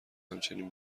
همچنین